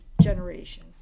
generation